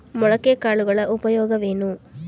ಮೊಳಕೆ ಕಾಳುಗಳ ಉಪಯೋಗವೇನು?